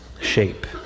shape